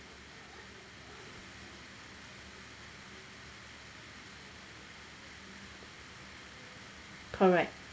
correct